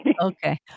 Okay